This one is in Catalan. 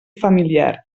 familiar